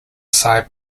side